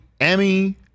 Emmy